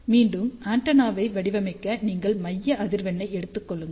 மீண்டும் ஆண்டெனாவை வடிவமைக்க நீங்கள் மைய அதிர்வெண் ஐ எடுத்து கொள்ளுங்கள்